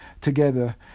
together